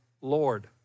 Lord